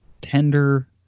tender